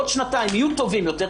בעוד שנתיים יהיו טובים יותר.